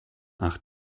acht